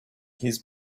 his